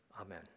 Amen